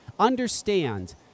Understand